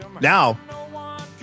Now